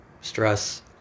stress